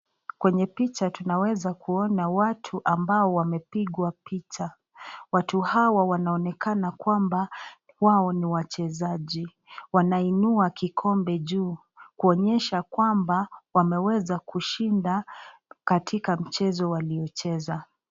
Kwenye picha tunaweza kuona watu ambao wamepigwa picha. Watu hawa wanaonekana kwamba wao ni wachezaji. Wanainua kikombe juu kuonyesha kwamba wameweza kushinda katika mchezo waliocheza.